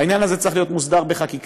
העניין הזה צריך להיות מוסדר בחקיקה,